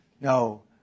No